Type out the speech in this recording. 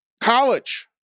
college